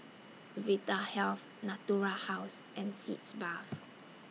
Vitahealth Natura House and Sitz Bath